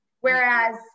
Whereas